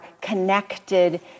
connected